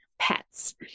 pets